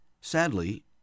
Sadly